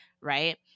right